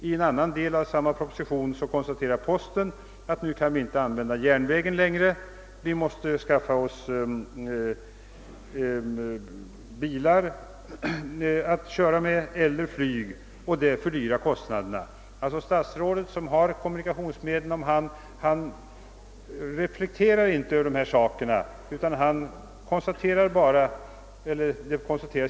I en annan del av propositionen konstaterar postverket att man inte längre kunde använda järnvägen som transportmedel utan måste skaffa bilar eller anlita flyg, vilket fördyrade distributionen av posten. Det statsråd som har hand om kommunikationsmedien reflekterade inte över dessa förhållanden.